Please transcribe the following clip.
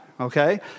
Okay